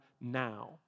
now